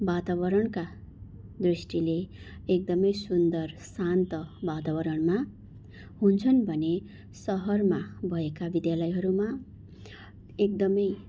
वातावरणका दृष्टिले एकदमै सुन्दर शान्त वातावरणमा हुन्छन् भने सहरमा भएका विद्यालयहरूमा एकदमै